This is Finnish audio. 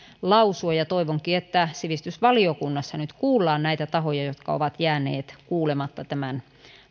lausua toivonkin että sivistysvaliokunnassa nyt kuullaan näitä tahoja jotka ovat jääneet kuulematta tämän